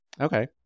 okay